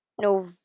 No